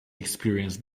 experienced